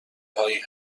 هایی